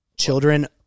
Children